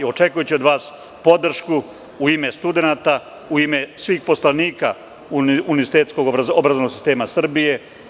Očekujem od vas podršku i ume studenata, u ime svih poslanika univerzitetskog obrazovnog sistema Srbije.